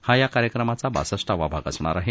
हा या कार्यक्रमाचा बासष्टावा भाग असणार आहे